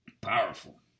powerful